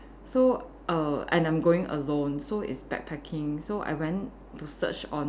so err and I'm going alone so it's backpacking so I went to search on